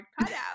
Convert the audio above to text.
cutout